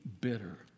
bitter